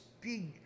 big